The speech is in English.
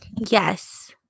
Yes